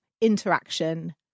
interaction